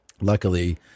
Luckily